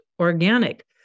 organic